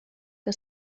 que